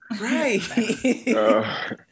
Right